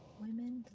Women